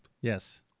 Yes